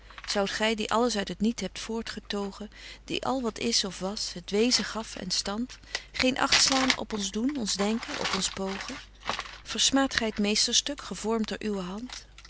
zoudt gy die alles uit het niet hebt voortgetogen die al wat is of was het wezen gaf en stand geen acht slaan op ons doen ons denken op ons pogen versmaadt gy t meesterstuk gevormt door uwe hand